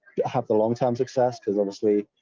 have the long-term success because honestly,